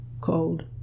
cold